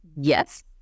yes